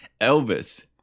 Elvis